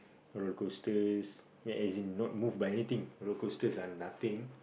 roller coasters ya as in not move by anything roller coasters are nothing